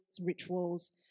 rituals